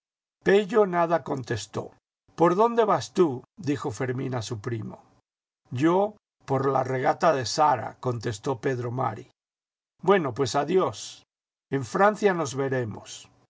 nada contestó por dónde vas tú dijo fermín a su primo yo por la regata de sara contestó pedro mari bueno pues adiós en francia nos veremos